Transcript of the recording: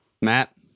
Matt